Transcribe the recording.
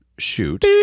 shoot